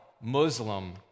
Muslim